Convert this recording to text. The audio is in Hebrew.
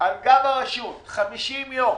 על גב הרשות חמישים יום